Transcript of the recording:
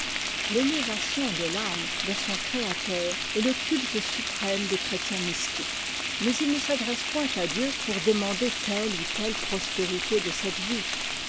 l'élévation de t'âme vers son créateur est le culte suprême des chrétiens mystiques mais ils ne s'adressent point à dieu pour demander telle ou telle prospérité de cette vie